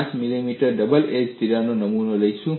5 millimetre double edge તિરાડ સાથે નમૂનો લઈશું